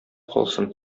калсын